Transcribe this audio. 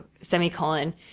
semicolon